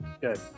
good